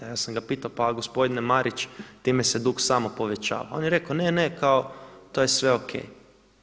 A ja sam ga pitao, pa gospodine Marić, time se dug samo povećava, on je rekao ne, ne kao to je sve O.K.